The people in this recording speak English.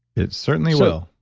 it certainly will.